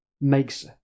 makes